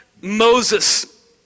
Moses